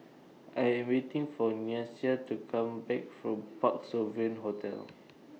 I Am waiting For Nyasia to Come Back from Parc Sovereign Hotel